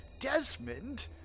Desmond